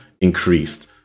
increased